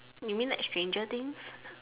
you mean like stranger things